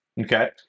Okay